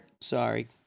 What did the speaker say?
Sorry